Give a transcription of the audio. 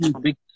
big